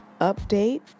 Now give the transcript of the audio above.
update